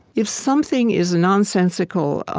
if something is nonsensical, ah